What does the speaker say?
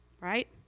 right